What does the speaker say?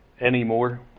anymore